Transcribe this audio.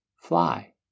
fly